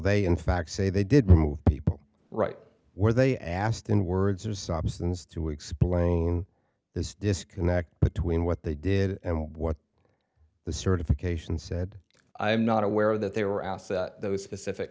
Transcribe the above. they in fact say they did remove people right where they asked in words or substance to explain this disconnect between what they did and what the certifications said i am not aware of that they were asked those specific